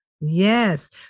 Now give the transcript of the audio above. Yes